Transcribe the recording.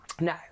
No